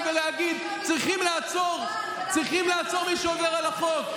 ולהגיד: צריכים לעצור את מי שעובר על החוק.